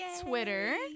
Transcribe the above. Twitter